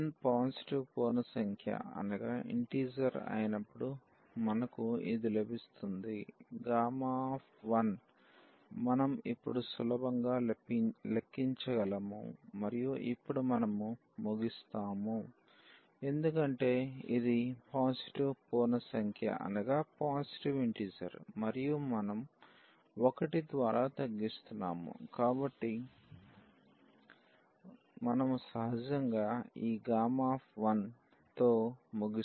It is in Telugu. కాబట్టి n పాజిటివ్ పూర్ణ సంఖ్య అయినప్పుడు మనకు ఇది లభిస్తుంది 1 మనం ఇప్పుడు సులభంగా లెక్కించగలము మరియు ఇప్పుడు మనం ముగిస్తాము ఎందుకంటే ఇది పాజిటివ్ పూర్ణ సంఖ్య మరియు మనం 1 ద్వారా తగ్గిస్తున్నాము కాబట్టి మనము సహజంగా ఈ 1 తో ముగిస్తాము